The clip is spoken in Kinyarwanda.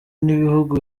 n’ibihugu